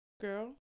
girl